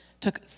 took